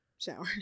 Shower